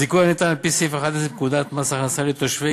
הזיכוי הניתן על-פי סעיף 11 לפקודת מס הכנסה לתושבי